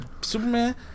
Superman